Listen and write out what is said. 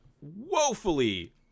woefully